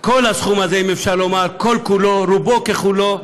כל הסכום הזה, אם אפשר לומר, כל-כולו, רובו ככולו,